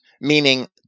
meaning